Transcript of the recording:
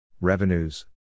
Revenues